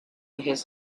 his